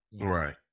Right